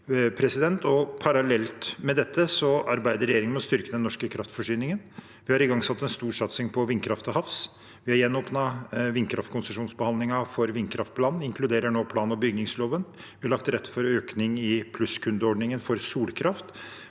Parallelt med dette arbeider regjeringen med å styrke den norske kraftforsyningen. Vi har igangsatt en storsatsing på vindkraft til havs. Vi har gjenåpnet vindkraftkonsesjonsbehandlingen for vindkraft på land og inkluderer nå plan- og bygningsloven. Vi har lagt til rette for økning i plusskundeordningen for solkraft.